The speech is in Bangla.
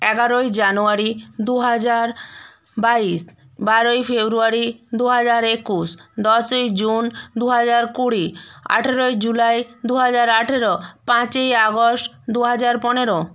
এগারোই জানুয়ারি দু হাজার বাইশ বারোই ফেব্রুয়ারি দু হাজার একুশ দশই জুন দু হাজার কুড়ি আঠারোই জুলাই দু হাজার আঠেরো পাঁচই আগস্ট দু হাজার পনেরো